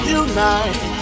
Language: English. unite